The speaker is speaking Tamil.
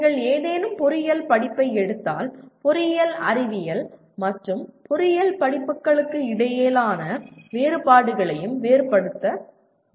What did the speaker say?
நீங்கள் ஏதேனும் பொறியியல் படிப்பை எடுத்தால் பொறியியல் அறிவியல் மற்றும் பொறியியல் படிப்புகளுக்கு இடையிலான வேறுபாடுகளையும் வேறுபடுத்த வேண்டும்